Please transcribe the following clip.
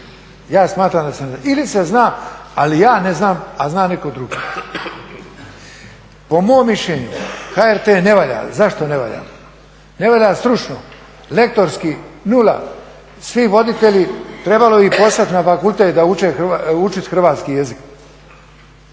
Ja smatram, ili se zna ali ja ne znam, a netko drugi. Po mom mišljenju HRT ne valja. Zašto ne valja? Ne valja stručno, lektorski nula. Svi voditelji trebalo bi ih poslati na fakultet učit hrvatski jezik.